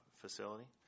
facility